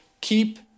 keep